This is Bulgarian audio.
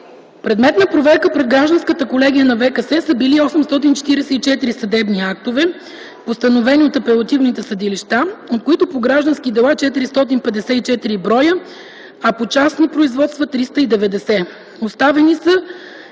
Предмет на проверка пред гражданската колегия на ВКС са били 844 съдебни акта, постановени от апелативните съдилища, от които по граждански дела 454 броя, а по частни производства – 390. Оставени са